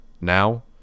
Now